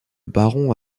baron